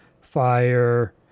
fire